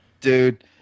Dude